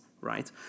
right